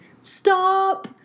stop